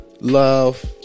love